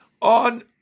On